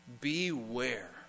Beware